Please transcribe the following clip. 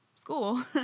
school